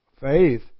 Faith